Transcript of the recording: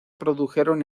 produjeron